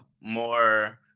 more